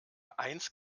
eins